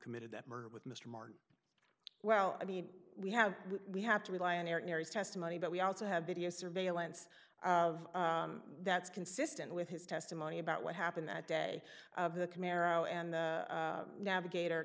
committed the murder with mr martin well i mean we have we have to rely on their testimony but we also have video surveillance of that's consistent with his testimony about what happened that day the camaro and navigator